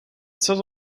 sans